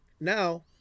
now